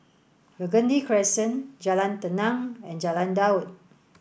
Burgundy Crescent Jalan Tenang and Jalan Daud